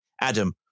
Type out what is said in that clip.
Adam